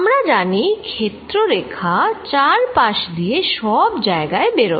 আমরা জানি ক্ষেত্র রেখা চার পাশ দিয়ে সব জায়গায় বেরোবে